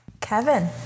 Kevin